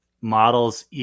models